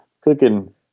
cooking